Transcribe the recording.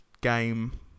game